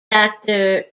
actor